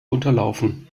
unterlaufen